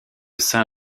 saint